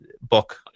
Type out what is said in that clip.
book